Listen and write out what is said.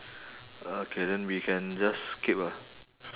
okay then we can just skip lah